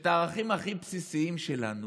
שאת הערכים הכי בסיסיים שלנו,